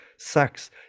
sex